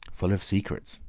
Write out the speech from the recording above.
full of secrets,